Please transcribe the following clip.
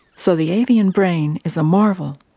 so the avian brain is a marvel,